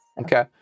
Okay